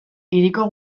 hiriko